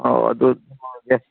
ꯑꯧ ꯑꯗꯨ ꯂꯧꯔꯒꯦ